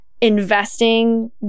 investing